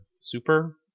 super